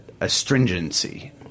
Astringency